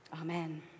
Amen